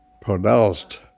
pronounced